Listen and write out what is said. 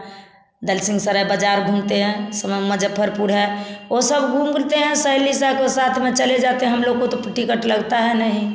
दर्शन सराय बाज़ार घूमते हैं सुराम मुज़फ़्फ़रपुर है वह सब घूमते हैं सहेली साख के साथ में चले जाते हैं हम लोग को तो टिकट लगता नहीं